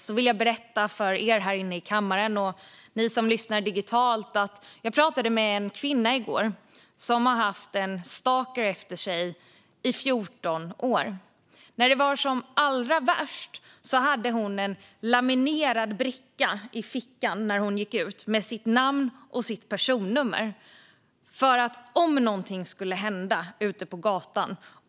Jag vill berätta för er här inne i kammaren och för er som lyssnar digitalt att jag i går pratade med en kvinna som har haft en stalker efter sig i 14 år. När det var som allra värst hade hon en laminerad bricka med sitt namn och sitt personnummer i fickan när hon gick ut.